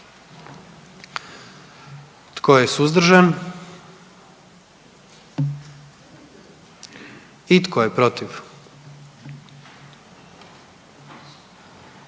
Tko je suzdržan? I tko je protiv?